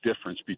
difference